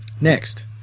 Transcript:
Next